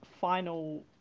final